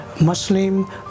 Muslim